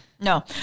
no